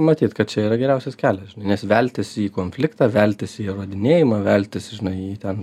matyt kad čia yra geriausias kelias žinai nes veltis į konfliktą veltis į įrodinėjimą veltis žinai į ten